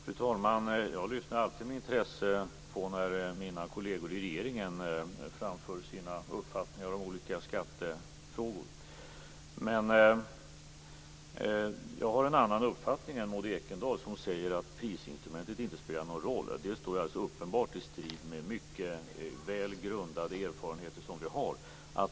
Fru talman! Jag lyssnar alltid med intresse när mina kolleger i regeringen framför sina uppfattningar i olika skattefrågor. Jag har en annan uppfattning än Maud Ekendahl. Hon säger att prisinstrumentet inte spelar någon roll. Det står uppenbart i strid med mycket väl grundade erfarenheter.